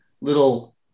little